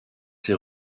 ses